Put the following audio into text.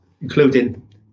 including